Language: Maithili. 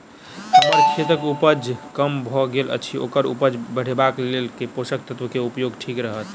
हम्मर खेतक उपज कम भऽ गेल अछि ओकर उपज बढ़ेबाक लेल केँ पोसक तत्व केँ उपयोग ठीक रहत?